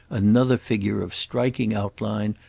another figure of striking outline,